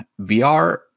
vr